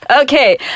Okay